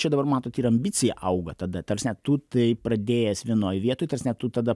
čia dabar matot ir ambicija auga tada ta prasme tu tai pradėjęs vienoj vietoj ta prasme tu tada